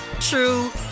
true